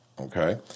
okay